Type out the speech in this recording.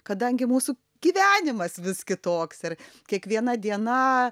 kadangi mūsų gyvenimas vis kitoks ir kiekviena diena